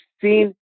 seen